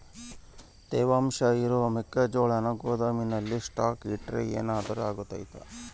ತೇವಾಂಶ ಇರೋ ಮೆಕ್ಕೆಜೋಳನ ಗೋದಾಮಿನಲ್ಲಿ ಸ್ಟಾಕ್ ಇಟ್ರೆ ಏನಾದರೂ ಅಗ್ತೈತ?